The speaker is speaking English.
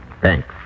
Thanks